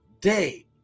day